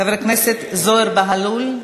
חבר הכנסת זוהיר בהלול,